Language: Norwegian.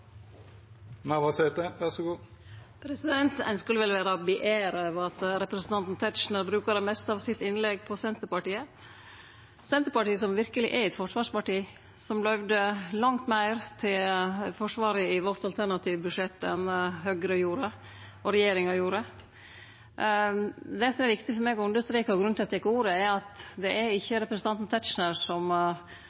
Ein skulle vel kjenne det som ei ære at representanten Tetzschner brukar det meste av sitt innlegg på Senterpartiet – Senterpartiet, som verkeleg er eit forsvarsparti, som løyvde langt meir til Forsvaret i vårt alternative budsjett enn Høgre gjorde, og regjeringa gjorde. Det som er viktig for meg å understreke, og grunnen til at eg tek ordet, er at det ikkje er